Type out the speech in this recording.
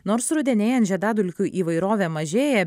nors rudenėjant žiedadulkių įvairovė mažėja